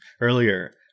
earlier